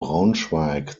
braunschweig